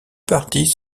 parties